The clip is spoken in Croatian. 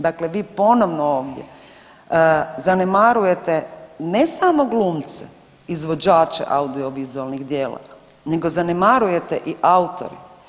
Dakle, vi ponovno ovdje zanemarujete ne samo glumce izvođače audiovizualnih djela, nego zanemarujete i autore.